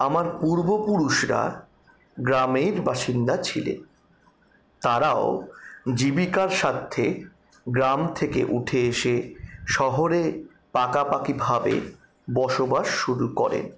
আমার পূর্বপুরুষরা গ্রামের বাসিন্দা ছিলেন তারাও জীবিকার স্বার্থে গ্রাম থেকে উঠে এসে শহরে পাকাপাকিভাবে বসবাস শুরু করে